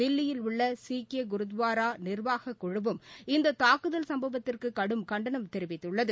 தில்லியில் உள்ள சீக்கிய குருத்வாரா நிர்வாகக்குழுவும் இந்த தாக்குதல் சும்பவத்திற்கு கடும் கண்டனம் தெரிவித்துள்ளது